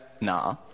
nah